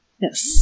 yes